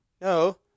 No